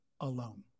alone